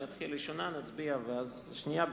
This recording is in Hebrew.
אני אתחיל בראשונה, נצביע, ואז נעבור לשנייה.